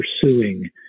pursuing